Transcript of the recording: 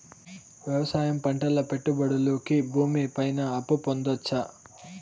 వ్యవసాయం పంటల పెట్టుబడులు కి భూమి పైన అప్పు పొందొచ్చా?